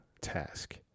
task